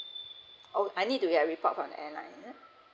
how would I need to get a report from airline